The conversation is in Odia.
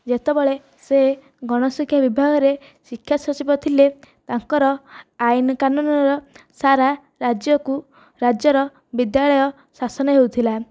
ଯେତେବେଳେ ସେ ଗଣଶିକ୍ଷା ବିଭାଗରେ ଶିକ୍ଷା ସଚିବ ଥିଲେ ତାଙ୍କର ଆଇନ୍ କାନୁନ୍ର ସାରା ରାଜ୍ୟକୁ ରାଜ୍ୟର ବିଦ୍ୟାଳୟ ଶାସନ ହେଉଥିଲା